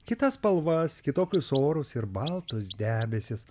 kitas spalvas kitokius orus ir baltus debesis